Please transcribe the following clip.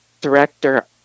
director